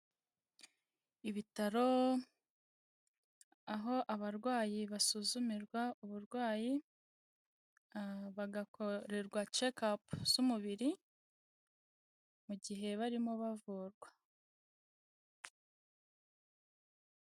Ibitaro aho abarwayi basuzumirwa uburwayi, bagakorerwa cekapu z'umubiri mu gihe barimo bavurwa.